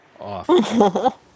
off